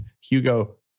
hugo